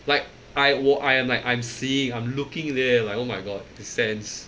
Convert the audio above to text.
like I 我 I am like I'm seeing I'm looking there and like oh my god the sense